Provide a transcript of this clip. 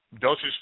Doses